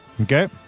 Okay